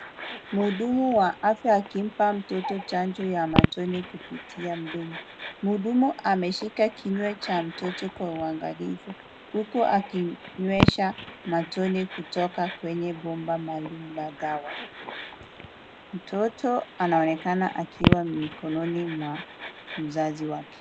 Mhudumu wa afya akimpa mtoto chanjo ya matone kupitia mdomo. Mhudumu ameshika kinywa cha mtoto kwa uangalifu huku akinywesha matone kutoka kwenye bomba [] madawa. Mtoto anaonekana akiwa mikononi mwa mzazi wake.